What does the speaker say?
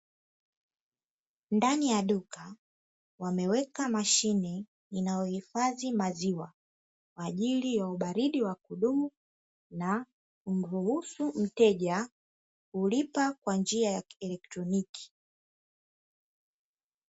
Ndani ya duka wameweka mashine inayohifadhi maziwa kwaajili ya ubaridi wa kudumu, na kumruhusu mteja kulipa kwa njia ya kielektroniki.